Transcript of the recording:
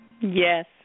Yes